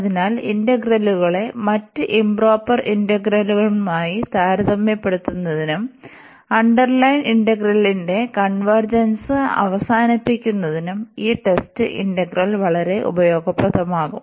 അതിനാൽ ഇന്റഗ്രലുകളെ മറ്റ് ഇoപ്രോപ്പർ ഇന്റഗ്രലുകളുമായി താരതമ്യപ്പെടുത്തുന്നതിനും അണ്ടർലൈൻ ഇന്റഗ്രലിന്റെ കൺവെർജെൻസ് അവസാനിപ്പിക്കുന്നതിനും ഈ ടെസ്റ്റ് ഇന്റഗ്രൽ വളരെ ഉപയോഗപ്രദമാകും